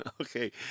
Okay